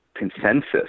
Consensus